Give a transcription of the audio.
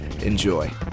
enjoy